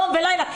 יום ולילה.